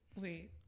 Wait